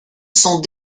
sont